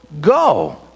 go